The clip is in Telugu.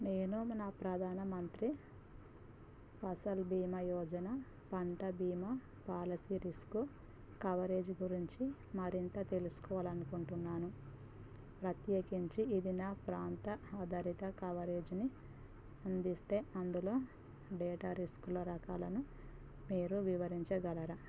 నేను నా ప్రధాన మంత్రి ఫసల్ బీమా యోజన పంట బీమా పాలసీ రిస్క్ కవరేజీ గురించి మరింత తెలుసుకోవాలి అనుకుంటున్నాను ప్రత్యేకించి ఇది నా ప్రాంత ఆధారిత కవరేజ్ని అందిస్తే అందులో డేటా రిస్క్ల రకాలను మీరు వివరించగలరా